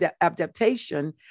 adaptation